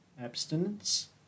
abstinence